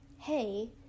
hey